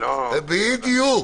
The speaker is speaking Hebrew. בדיוק.